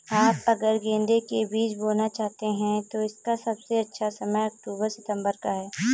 आप अगर गेंदे के बीज बोना चाहते हैं तो इसका सबसे अच्छा समय अक्टूबर सितंबर का है